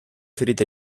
ferite